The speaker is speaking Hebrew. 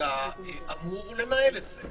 כמפלגה אמור לנהל את זה?